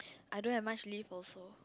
I don't have much leave also